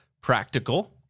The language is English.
practical